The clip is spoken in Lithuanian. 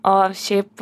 o šiaip